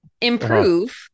improve